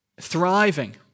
thriving